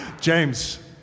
James